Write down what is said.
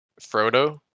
Frodo